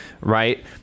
right